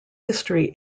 history